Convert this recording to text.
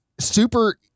Super